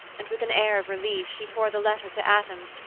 and with an air of relief, she tore the letter to atoms,